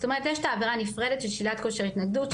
זאת אומרת יש את העבירה הנפרדת של שלילת כושר התנגדות,